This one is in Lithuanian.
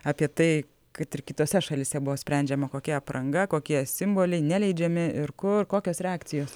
apie tai kad ir kitose šalyse buvo sprendžiama kokia apranga kokie simboliai neleidžiami ir kur kokios reakcijos